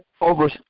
over